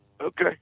Okay